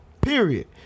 Period